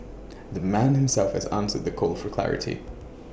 the man himself has answered the call for clarity